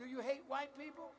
do you hate white people